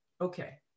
Okay